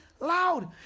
Loud